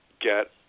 get